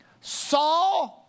saw